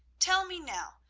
tell me now,